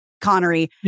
Connery